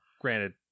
Granted